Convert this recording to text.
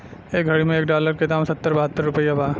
ए घड़ी मे एक डॉलर के दाम सत्तर बहतर रुपइया बा